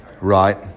right